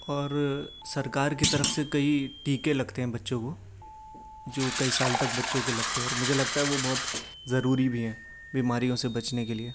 اور سرکار کی طرف سے کئی ٹیکے لگتے ہیں بچوں کو جو کئی سال تک بچوں کے لگتے ہیں اور مجھے لگتا ہے وہ بہت ضروری بھی ہیں بیماریوں سے بچنے کے لیے